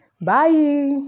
Bye